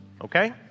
okay